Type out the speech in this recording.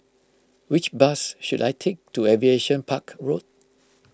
which bus should I take to Aviation Park Road